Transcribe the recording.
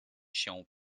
się